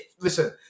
Listen